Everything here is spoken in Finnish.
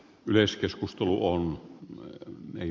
arvoisa puhemies